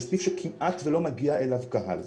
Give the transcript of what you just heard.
זה סניף שכמעט ולא מגיע אליו קהל.